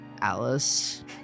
Alice